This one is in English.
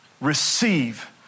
receive